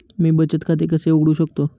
मी बचत खाते कसे उघडू शकतो?